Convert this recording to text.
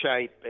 shape